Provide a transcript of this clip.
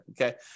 okay